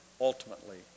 ultimately